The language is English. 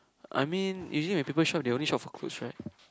I mean usually when people shop they only shop for clothes right